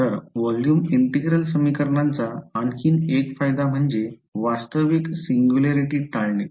तर volume integral समीकरणांचा आणखी एक फायदा म्हणजे वास्तविक सिंग्युलॅरिटी टाळणे